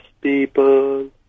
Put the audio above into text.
people